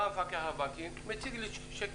בא המפקח על הבנקים, מציג לי שקף.